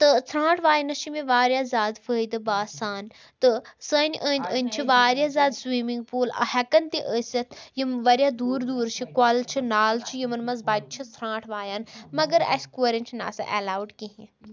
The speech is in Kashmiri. تہٕ ژھرٛانٛٹھ وایِنَس چھِ مےٚ وارِیاہ زیادٕ فٲیدٕ باسان تہٕ سٲنۍ أنٛدۍ أنٛدۍ چھِ وارِیاہ زیادٕ سُومِنٛگ پوٗل ہٮ۪کَن تہِ ٲسِتھ یِم وارِیاہ دوٗر دوٗر چھِ کۄلہٕ چھِ نال چھِ یِمَن منٛز بَچہِ چھِ ژھرٛانٛٹھ وایَن مگر اَسہِ کورٮ۪ن چھِنہٕ آسان اٮ۪لاوُڈ کِہیٖنۍ